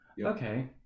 Okay